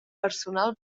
personal